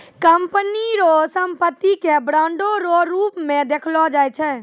company रो संपत्ति के बांडो रो रूप मे देखलो जाय छै